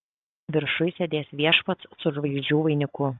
viršuj sėdės viešpats su žvaigždžių vainiku